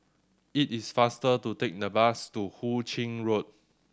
it is faster to take the bus to Hu Ching Road